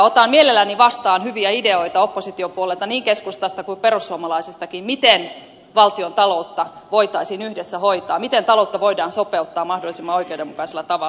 otan mielelläni vastaan hyviä ideoita oppositiopuolueilta niin keskustasta kuin perussuomalaisistakin miten valtiontaloutta voitaisiin yhdessä hoitaa miten taloutta voidaan sopeuttaa mahdollisimman oikeudenmukaisella tavalla